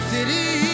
City